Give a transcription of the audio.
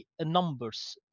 numbers